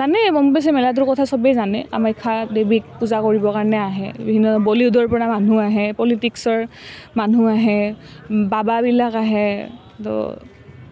জানেই গম পাইছে মেলাটোৰ কথা চবেই জানে কামাখ্যা দেৱীক পূজা কৰিবৰ কাৰণে আহে বিভিন্ন বলিউডৰ পৰা মানুহ আহে পলিটিক্সৰ মানুহ আহে বাবাবিলাক আহে তো